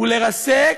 הוא לרסק,